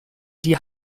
die